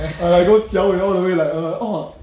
err go jiao wei all the way like err orh